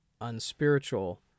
unspiritual